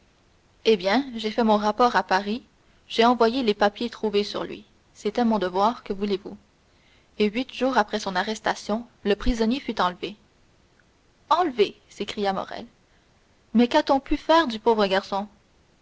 eh bien j'ai fait mon rapport à paris j'ai envoyé les papiers trouvés sur lui c'était mon devoir que voulez-vous et huit jours après son arrestation le prisonnier fut enlevé enlevé s'écria morrel mais qu'a-t-on pu faire du pauvre garçon